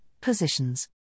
positions